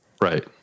Right